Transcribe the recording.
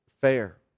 fair